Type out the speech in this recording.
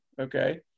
okay